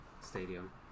stadium